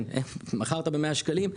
מכרת ב-100 שקלים,